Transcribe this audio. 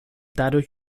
dadurch